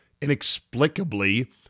inexplicably